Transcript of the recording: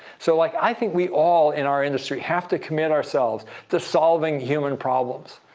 so like i think we all, in our industry, have to commit ourselves to solving human problems.